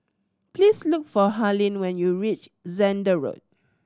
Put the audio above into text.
please look for Harlene when you reach Zehnder Road